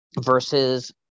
versus